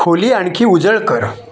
खोली आणखी उजळ कर